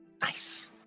Nice